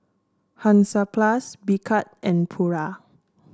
Hansaplast Picard and Pura